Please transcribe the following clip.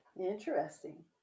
interesting